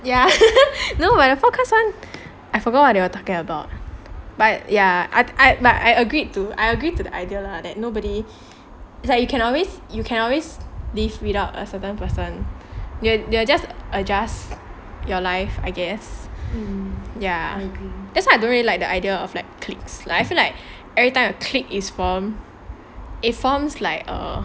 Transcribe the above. ya but the podcast one I forgot what they were talking about but ya I like I agreed to I agreed to the idea lah that nobody is you can always you can always live without a certain person ya you will just adjust your life I guess ya that's why I don't really like the idea of clique like like everytime a clique is formed it forms like a